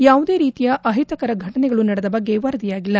ಯಾವುದೇ ರೀತಿಯ ಅಹಿತಕರ ಫಟನೆಗಳು ನಡೆದ ಬಗ್ಗೆ ವರದಿಯಾಗಿಲ್ಲ